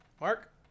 Mark